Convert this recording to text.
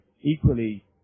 equally